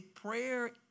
prayer